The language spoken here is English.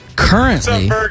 Currently